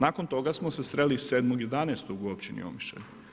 Nakon toga smo se sreli 7.11. u općini Omišalj.